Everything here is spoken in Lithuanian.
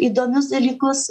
įdomius dalykus